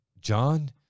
John